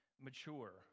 mature